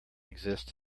exist